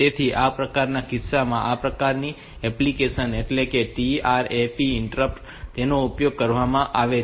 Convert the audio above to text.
તેથી આ પ્રકારના કિસ્સામાં આ પ્રકારની એપ્લિકેશન એટલે કે આ TRAP ઇન્ટરપ્ટ નો ઉપયોગ કરવામાં આવે છે